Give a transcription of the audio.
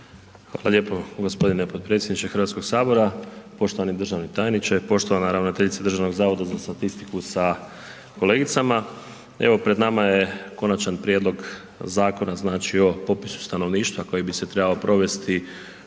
Hvala lijepo g. potpredsjedniče HS-a. Poštovani državni tajniče, poštovana ravnateljice Državnog zavoda za statistiku sa kolegicama. Evo, pred nama je Konačan prijedlog Zakona o o popisu stanovništva koji bi se trebao provesti